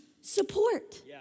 support